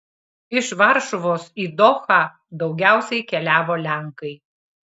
iš varšuvos į dohą daugiausiai keliavo lenkai